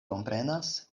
komprenas